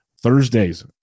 Thursday's